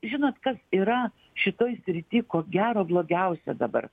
žinot kas yra šitoe srity ko gero blogiausia dabar